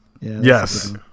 Yes